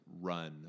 run